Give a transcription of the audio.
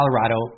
Colorado